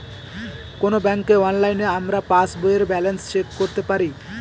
কোনো ব্যাঙ্কে অনলাইনে আমরা পাস বইয়ের ব্যালান্স চেক করতে পারি